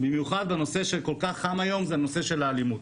במיוחד בנושא שכל כך חם היום, הנושא של האלימות.